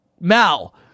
Mal